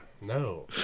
No